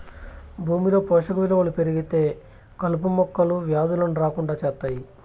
భూమిలో పోషక విలువలు పెరిగితే కలుపు మొక్కలు, వ్యాధులను రాకుండా చేత్తాయి